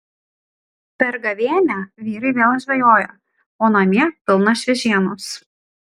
per gavėnią vyrai vėl žvejoja o namie pilna šviežienos